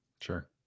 sure